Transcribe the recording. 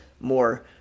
more